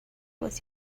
was